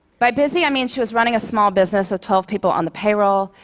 by busy, i mean she was running a small business with twelve people on the payroll,